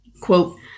Quote